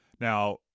Now